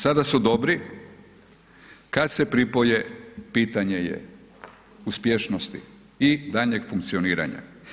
Sada su dobri, kad se pripoje, pitanje je uspješnosti i daljnjeg funkcioniranja.